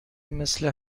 مثل